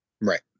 Right